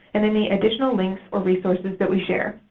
and any additional links or resources that we share.